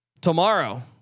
tomorrow